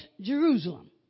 Jerusalem